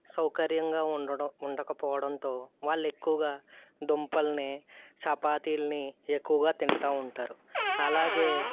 సౌకర్యంగా ఉండటం ఉండకపోవడంతో వాళ్ళు ఎక్కువగా దుంపల్ని చపాతీలని ఎక్కువగా తింటూ ఉంటారు అలాగే